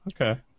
okay